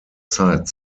zeit